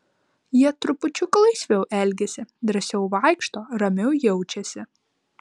jie trupučiuką laisviau elgiasi drąsiau vaikšto ramiau jaučiasi